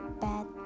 bad